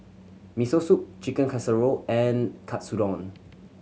Miso Soup Chicken Casserole and Katsudon